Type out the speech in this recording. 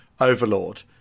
Overlord